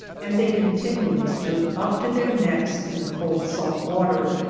and they continually stood up to their necks in the cold salt water.